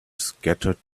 scattered